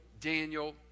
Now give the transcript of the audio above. Daniel